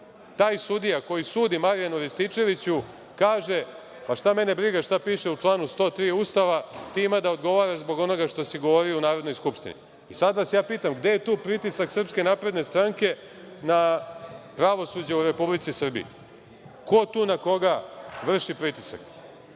Taj sudija koji sudi Marijanu Rističeviću kaže – pa šta mene briga šta piše u članu 103. Ustava, ti ima da odgovaraš zbog onoga što si govorio u Narodnoj skupštini. I sad vas ja pitam – gde je tu pritisak SNS na pravosuđe u Republici Srbiji? Ko tu na koga vrši pritisak? Mogu